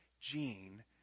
Gene